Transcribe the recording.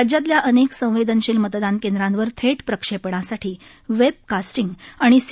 राज्यातल्या अनेक संवेदनशील मतदान केंद्रांवर थेट प्रक्षेपणासाठी वेब कास्टिंग आणि सी